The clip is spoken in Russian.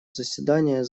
заседание